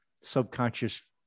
subconscious